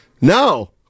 No